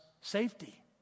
safety